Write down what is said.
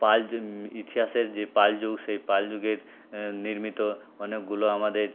পালযুগ ইতিহাসের যে পালযুগ সেই পালযুগের নির্মিত অনেকগুলো আমাদের